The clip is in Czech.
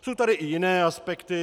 Jsou tady i jiné aspekty.